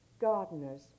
Gardeners